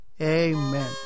Amen